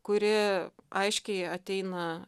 kuri aiškiai ateina